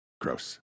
Gross